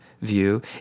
view